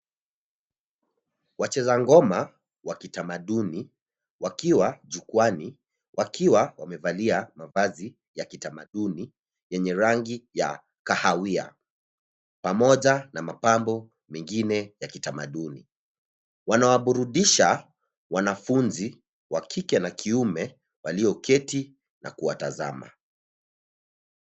Wacheza ngoma wa kitamaduni wakiwa jukwani wakiwa wamevalia mavazi ya kitamaduni yenye rangi ya kahawia pamoja na mapambo mengine ya kitamaduni. Wanawaburudisha wanafunzi wakike na kiume wanlioketi na kutazama.